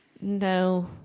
No